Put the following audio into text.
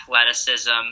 athleticism